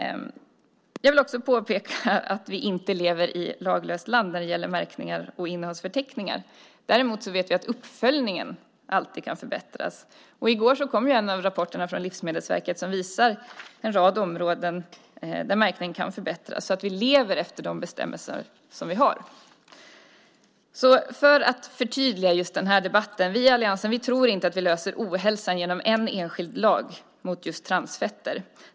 Jag vill också påpeka att vi inte lever i laglöst land när det gäller märkningar och innehållsförteckningar. Däremot vet vi att uppföljningen alltid kan förbättras. I går kom en rapport från Livsmedelsverket som visar en rad områden där märkningen kan förbättras så att vi lever efter de bestämmelser vi har. För att förtydliga just den här debatten: Vi i alliansen tror inte att vi löser ohälsan genom en enskild lag mot just transfetter.